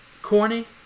Corny